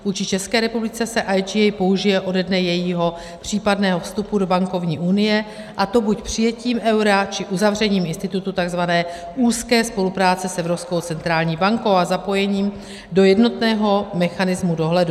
Vůči České republice se IGA použije ode dne jejího případného vstupu do bankovní unie, a to buď přijetím eura, či uzavřením institutu tzv. úzké spolupráce s Evropskou centrální bankou a zapojením do jednotného mechanismu dohledu.